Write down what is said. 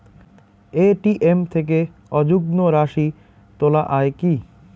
ATM থেকে অযুগ্ম রাশি তোলা য়ায় কি?